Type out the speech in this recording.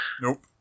nope